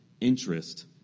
interest